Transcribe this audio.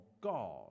God